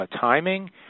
timing